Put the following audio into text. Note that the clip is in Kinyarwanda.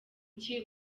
iki